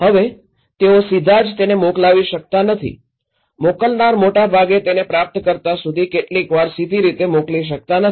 હવે તેઓ સીધા જ તેને મોકલી શકતા નથી મોકલનાર મોટાભાગે તેને પ્રાપ્તકર્તા સુધી કેટલીકવાર સીધી રીતે મોકલી શકતા નથી